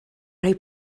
rhoi